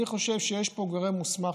אני חושב שיש פה גורם מוסמך,